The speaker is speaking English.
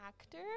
actor